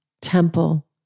temple